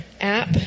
app